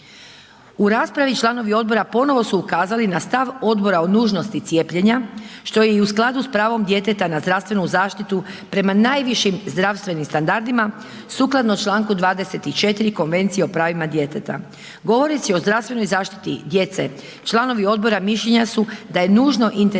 U raspravi članovi odbora ponovo su ukazali na stav odbora o nužnosti cijepljenja, što je i u skladu s pravom djeteta na zdravstvenu zaštitu prema najvišim zdravstvenim standardima sukladno čl. 24. Konvencije o pravima djeteta. Govoreći o zdravstvenoj zaštiti djece, članovi odbora mišljenja su da je nužno intenzivirat